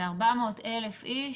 זה 400,000 איש.